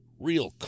real